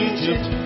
Egypt